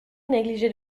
négligeait